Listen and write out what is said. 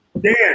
Dan